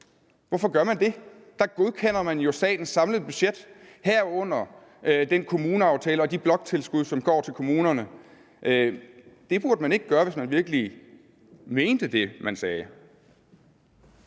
Hvorfor gør man det? Der godkender man jo statens samlede budget, herunder den kommuneaftale og de bloktilskud, som går til kommunerne. Det burde man ikke gøre, hvis man virkelig mente det, man sagde.